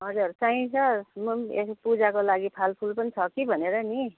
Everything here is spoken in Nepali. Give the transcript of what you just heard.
हजुर चाहिन्छ पूजाको लागि फलफुल पनि छ कि भनेर नि